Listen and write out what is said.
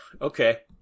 Okay